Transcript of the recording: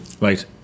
Right